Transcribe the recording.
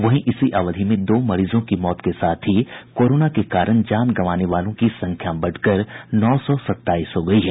वहीं इसी अवधि में दो मरीजों की मौत के साथ ही कोरोना के कारण जान गंवाने वालों की संख्या बढ़कर नौ सौ सताईस हो गयी है